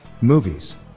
Movies